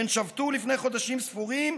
שבתו לפני חודשים ספורים,